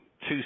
two